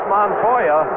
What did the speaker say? Montoya